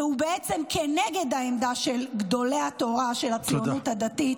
והוא בעצם כנגד העמדה של גדולי התורה של הציונות הדתית.